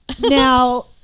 Now